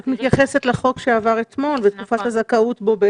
את מתייחסת לחוק שעבר אתמול ותקופת הזכאות בו היא